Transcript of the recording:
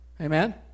Amen